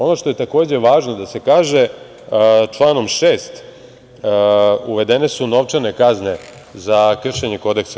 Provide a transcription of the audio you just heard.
Ono što je takođe važno da se kaže, članom 6. uvedene su novčane kazne za kršenje kodeksa.